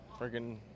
freaking